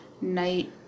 night